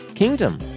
kingdom